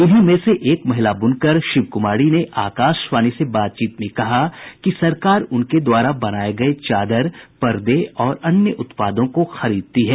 इन्हीं में से एक महिला बूनकर शिवकूमारी ने आकाशवाणी से बातचीत में कहा कि सरकार उनके द्वारा बनाये गये चादर परदे और अन्य उत्पादों को खरीदती है